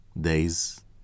days